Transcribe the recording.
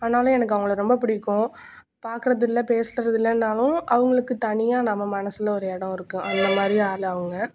ஆனாலும் எனக்கு அவங்கள ரொம்ப பிடிக்கும் பார்க்கறதில்ல பேசறது இல்லைனாலும் அவங்களுக்கு தனியாக நம்ம மனசில் ஒரு எடம் இருக்கும் அந்த மாதிரி ஆள் அவங்க